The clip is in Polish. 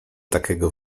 takiego